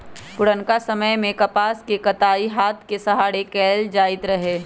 पुरनका समय में कपास के कताई हात के सहारे कएल जाइत रहै